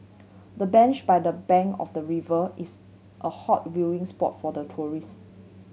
the bench by the bank of the river is a hot viewing spot for the tourist